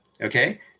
Okay